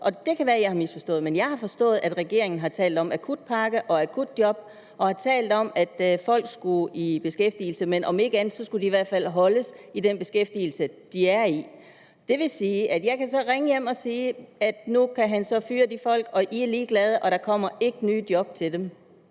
– det kan være jeg har misforstået det – at regeringen har talt om akutpakke og akutjob og har talt om, at folk skulle i beskæftigelse, om ikke andet skulle de i hvert fald holdes i den beskæftigelse, de var i. Det vil sige, at jeg så kan ringe hjem og sige, at nu kan han fyre folk, regeringen er ligeglad, der kommer ikke nye job til dem.